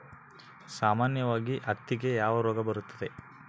ಸಾಮಾನ್ಯವಾಗಿ ಹತ್ತಿಗೆ ಯಾವ ರೋಗ ಬರುತ್ತದೆ?